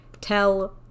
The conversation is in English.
Tell